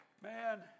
Man